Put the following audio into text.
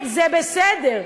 זה בסדר.